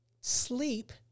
Sleep